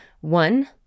One